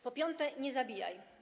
Po piąte, nie zabijaj.